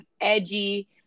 edgy